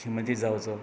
मुख्यमंत्री जांवचो